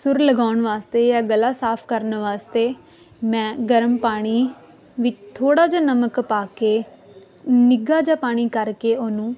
ਸੁਰ ਲਗਾਉਣ ਵਾਸਤੇ ਜਾਂ ਗਲਾ ਸਾਫ ਕਰਨ ਵਾਸਤੇ ਮੈਂ ਗਰਮ ਪਾਣੀ ਵਿੱਚ ਥੋੜ੍ਹਾ ਜਿਹਾ ਨਮਕ ਪਾ ਕੇ ਨਿੱਘਾ ਜਿਹਾ ਪਾਣੀ ਕਰਕੇ ਉਹਨੂੰ